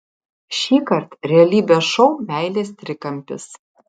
šįkart realybės šou meilės trikampis